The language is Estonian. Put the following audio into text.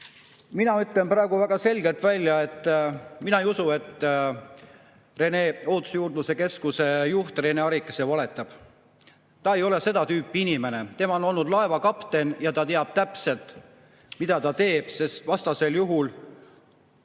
Mina ütlen praegu väga selgelt välja: mina ei usu, et Ohutusjuurdluse Keskuse juht Rene Arikas valetab. Ta ei ole seda tüüpi inimene. Ta on olnud laevakapten ja ta teab täpselt, mida ta teeb, sest vastasel juhul